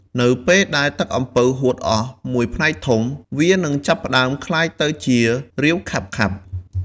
នៅពេលដែលទឹកអំពៅហួតអស់មួយផ្នែកធំ វានឹងចាប់ផ្ដើមក្លាយទៅជា រាវខាប់ៗ។